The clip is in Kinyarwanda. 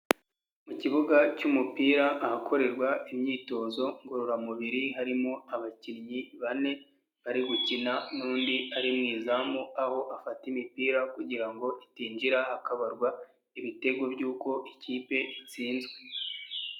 Mu kibuga cy'umupira ahakorerwa imyitozo ngororamubiri, harimo abakinnyi bane bari gukina n'undi ari mu izamu, aho afata imipira kugira ngo itinjira hakabarwa ibitego by'uko ikipe itsinzwe.